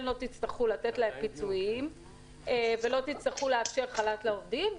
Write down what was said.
לא תצטרכו לתת פיצויים או חל"ת לעובדים,